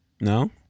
No